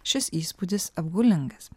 šis įspūdis apgaulingas